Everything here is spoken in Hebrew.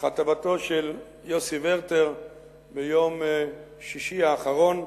בכתבתו של יוסי ורטר ביום שישי האחרון.